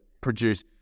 produce